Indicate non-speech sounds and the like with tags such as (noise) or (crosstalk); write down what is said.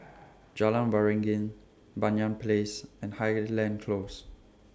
(noise) Jalan Waringin Banyan Place and Highland Close